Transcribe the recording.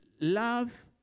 Love